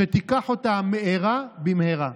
שתיקח אותה מארה במהרה.